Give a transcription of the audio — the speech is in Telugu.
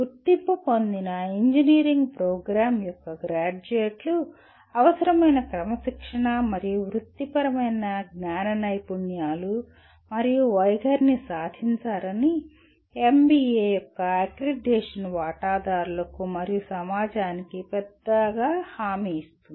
గుర్తింపు పొందిన ఇంజనీరింగ్ ప్రోగ్రామ్ యొక్క గ్రాడ్యుయేట్లు అవసరమైన క్రమశిక్షణా మరియు వృత్తిపరమైన జ్ఞాన నైపుణ్యాలు మరియు వైఖరిని సాధించారని NBA యొక్క అక్రిడిటేషన్ వాటాదారులకు మరియు సమాజానికి పెద్దగా హామీ ఇస్తుంది